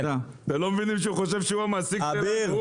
אתם לא מבינים שהוא חושב שהוא המעסיק שלי שלנו,